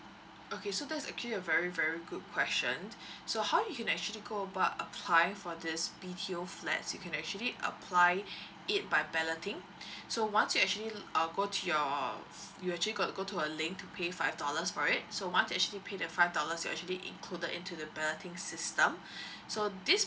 okay so that's actually a very very good question so how you can actually go about applying for this B_T_O flats you can actually apply it by balloting so once you actually uh go to your you actually got to go to a link to pay five dollars for it so once you have actually paid the five dollars you're actually included into the balloting system so this